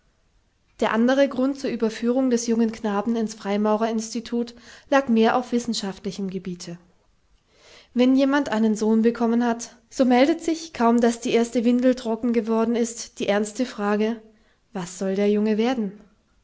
der andre grund zur überführung des jungen knaben ins freimaurerinstitut lag mehr auf wissenschaftlichem gebiete wenn jemand einen sohn bekommen hat so meldet sich kaum daß die erste windel trocken geworden ist die ernste frage was soll der junge werden